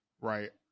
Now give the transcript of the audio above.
right